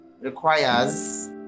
requires